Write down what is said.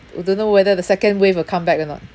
we don't know whether the second wave will come back or not